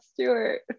Stewart